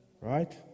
Right